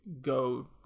go